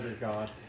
God